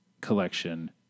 collection